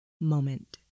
moment